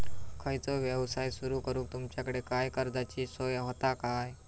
खयचो यवसाय सुरू करूक तुमच्याकडे काय कर्जाची सोय होता काय?